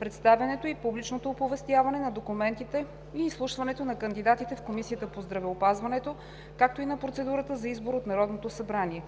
представянето и публичното оповестяване на документите и изслушването на кандидатите в Комисията по здравеопазването, както и на процедурата за избор от Народното събрание